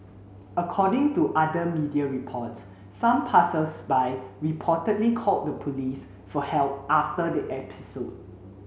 according to other media reports some passersby reportedly called the police for help after the episode